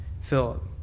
Philip